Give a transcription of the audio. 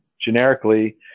generically